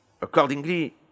Accordingly